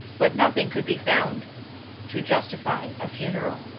but nothing could be found to justify a funeral.